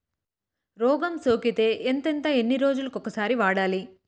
రోగం సోకితే ఎంతెంత ఎన్ని రోజులు కొక సారి వాడాలి?